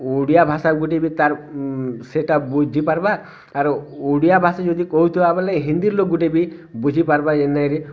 ଓଡ଼ିଆ ଭାଷା ଗୁଟେ ବି ତାର୍ ସେଟା ବୁଝିପାର୍ବା ଆର୍ ଓଡ଼ିଆ ଭାଷା ଯଦି କହୁଥିବା ବେଲେ ହିନ୍ଦୀ ଲୋକ୍ ଗୁଟେ ବି ବୁଝିପାର୍ବା ଏନଏରେ